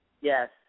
Yes